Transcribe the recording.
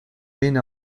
mina